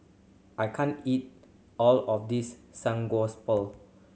I can't eat all of this